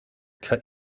cut